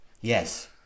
Yes